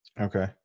Okay